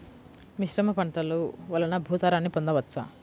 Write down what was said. మిశ్రమ పంటలు వలన భూసారాన్ని పొందవచ్చా?